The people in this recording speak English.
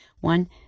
One